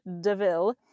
DeVille